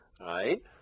right